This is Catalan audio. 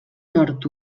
nord